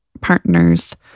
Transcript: partner's